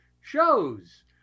shows